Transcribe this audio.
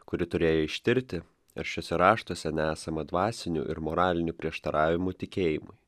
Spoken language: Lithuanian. kuri turėjo ištirti ar šiuose raštuose nesama dvasinių ir moralinių prieštaravimų tikėjimui